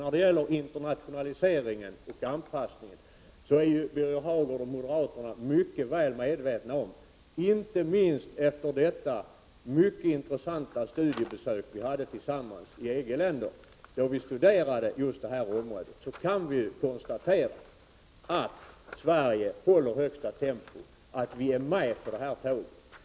När det gäller internationalisering och anpassning är ju Birger Hagård och moderaterna mycket väl medvetna om — inte minst efter det mycket intressanta studiebesök vi gjorde tillsammans i EG-länderna, då vi studerade just detta område — att Sverige håller högsta tempo och verkligen är med på detta tåg.